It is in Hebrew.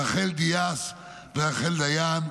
רחל דיאס ורחל דיין,